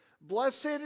blessed